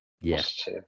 yes